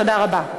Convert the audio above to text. תודה רבה.